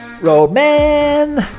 Roadman